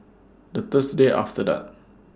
The Thursday after that